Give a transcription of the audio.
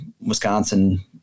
wisconsin